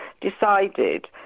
decided